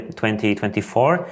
2024